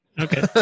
Okay